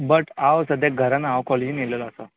but हांव सद्या घरा ना हांव कॅालेजीन येल्लो आसा